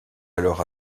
alors